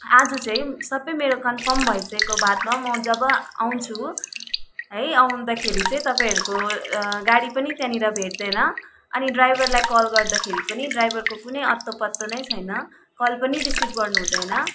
आज चाहिँ सबै मेरो कन्फर्म भइसकेको बादमा म जब आउँछु है आउँदाखेरि चाहिँ तपाईँहरूको गाडी पनि त्यहाँनिर भेट्दैन अनि ड्राइभरलाई कल गर्दाखेरि पनि ड्राइभरको कुनै अत्तो पत्तो नै छैन कल पनि रिसिभ गर्नु हुँदैन